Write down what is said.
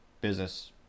business